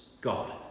God